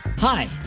Hi